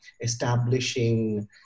establishing